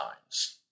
times